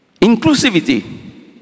Inclusivity